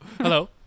hello